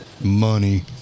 Money